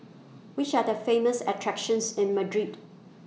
Which Are The Famous attractions in Madrid